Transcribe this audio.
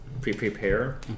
pre-prepare